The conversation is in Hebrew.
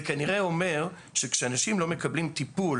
זה כנראה אומר שכשאנשים לא מקבלים טיפול